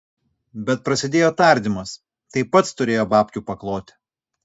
bet prasidėjo tardymas tai pats turėjo babkių pakloti